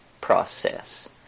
process